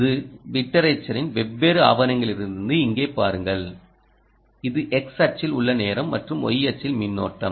இது லிடரேச்சரின் வெவ்வேறு ஆவணங்களிலிருந்து இங்கே பாருங்கள் இது x அச்சில் உள்ள நேரம் மற்றும் y அச்சில் மின்னோட்டம்